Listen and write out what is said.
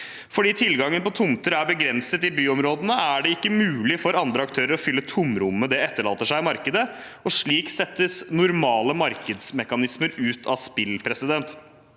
Fordi tilgangen på tomter er begrenset i byområdene, er det ikke mulig for andre aktører å fylle tomrommet det etterlater seg i markedet, og slik settes normale markedsmekanismer ut av spill.